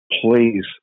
please